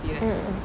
mm